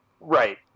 Right